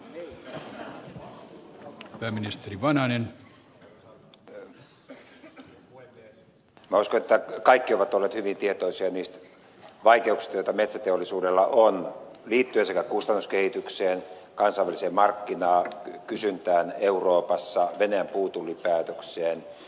minä uskon että kaikki ovat olleet hyvin tietoisia niistä vaikeuksista joita metsäteollisuudella on liittyen sekä kustannuskehitykseen kansainväliseen markkinakysyntään euroopassa venäjän puutullipäätökseen